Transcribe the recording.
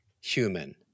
human